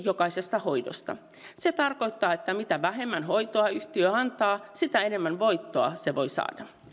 jokaisesta hoidosta se tarkoittaa että mitä vähemmän hoitoa yhtiö antaa sitä enemmän voittoa se voi saada